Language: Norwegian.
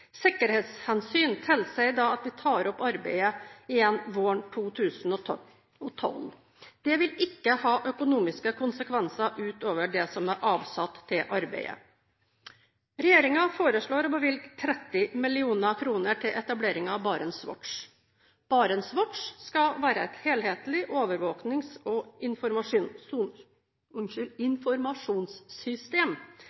Sikkerhetshensyn tilsier at vi tar opp arbeidet igjen våren 2012. Det vil ikke ha økonomiske konsekvenser ut over det som er avsatt til arbeidet. Regjeringen foreslår å bevilge 30 mill. kr til etablering av BarentsWatch. BarentsWatch skal være et helhetlig overvåkings- og